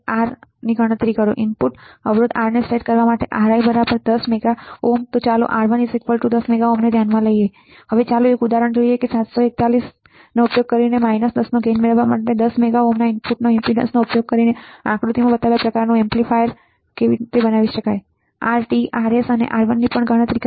R R અને Rની ગણતરી કરો ઉકેલ ઇનપુટ અવરોધ R સેટ કરવા માટે Ri 10 MΩ ચાલો R1 10 MΩ ને ધ્યાનમાં લઈએ હવે ચાલો એક ઉદાહરણ લઈએ ચાલો 741 નો ઉપયોગ કરીને માઈનસ 10 નો ગેઈન મેળવવા અને 10 મેગા ઓહ્મના ઇનપુટ ઈમ્પીડેન્સનો ઉપયોગ કરીને આકૃતિમાં બતાવેલ પ્રકારનું ઉલટાવી શકાય એમ્પ્લીફાયરનું ઉદાહરણ લઈએ RtRsઅને R1નીપણ ગણતરી કરીએ